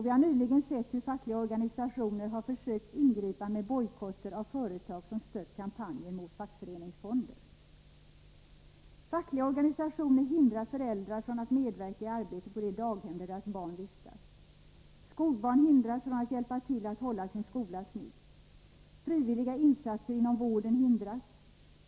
Vi har nyligen sett hur fackliga organisationer har försökt ingripa med bojkotter av företag som stött kampanjen mot fackföreningsfonder. 165 Fackliga organisationer hindrar föräldrar från att medverka i arbetet på de daghem där deras barn vistas. Skolbarn hindras från att hjälpa till att hålla sin skola snygg. Frivilliga insatser inom vården hindras.